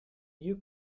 you